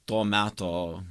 to meto